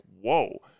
whoa